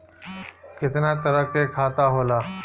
केतना तरह के खाता होला?